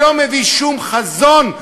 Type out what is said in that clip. שלא מביא שום חזון,